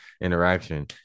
interaction